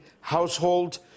household